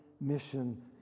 mission